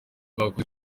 bakunze